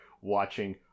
watching